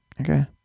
Okay